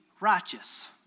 righteous